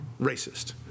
racist